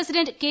president K